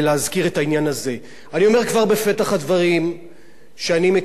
אני אומר כבר בפתח הדברים שאני מכיר את העניין גם מן הצד השני.